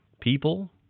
People